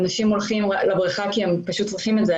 אנשים הולכים לבריכה רק אם הם צריכים את זה.